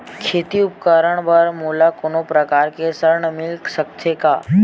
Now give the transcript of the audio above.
खेती उपकरण बर मोला कोनो प्रकार के ऋण मिल सकथे का?